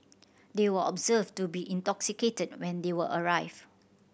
they were observed to be intoxicated when they were arrived